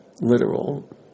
literal